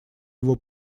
его